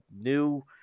new